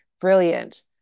Brilliant